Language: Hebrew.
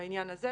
בעניין הזה.